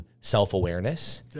self-awareness